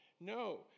No